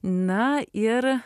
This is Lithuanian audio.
na ir